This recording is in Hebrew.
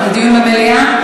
לדיון במליאה?